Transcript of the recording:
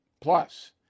Plus